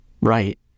Right